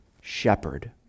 shepherd